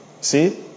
See